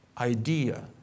idea